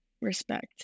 respect